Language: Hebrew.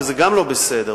וגם זה לא בסדר.